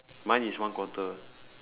mine is one quarter